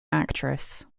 actress